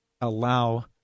allow